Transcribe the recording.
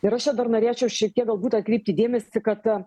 ir aš čia dar norėčiau šiek tiek galbūt atkreipti dėmesį kad